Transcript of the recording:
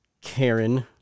Karen